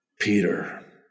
Peter